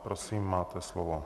Prosím, máte slovo.